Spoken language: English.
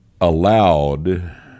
allowed